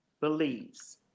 believes